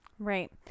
Right